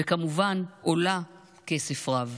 וכמובן היא עולה כסף רב.